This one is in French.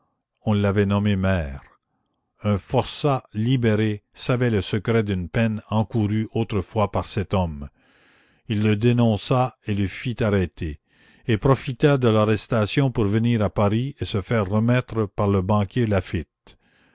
on l'avait nommé maire un forçat libéré savait le secret d'une peine encourue autrefois par cet homme il le dénonça et le fit arrêter et profita de l'arrestation pour venir à paris et se faire remettre par le banquier laffitte